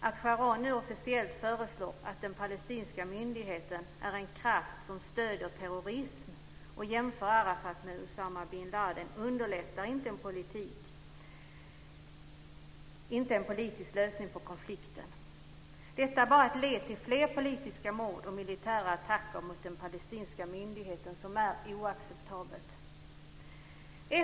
Att Sharon officiellt säger att den palestinska myndigheten är en kraft som stöder terrorism och jämför Arafat med Usama bin Ladin underlättar inte en politisk lösning på konflikten. Detta leder bara till fler politiska mord och militära attacker mot den palestinska myndigheten, som är oacceptabelt.